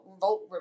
vote